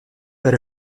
per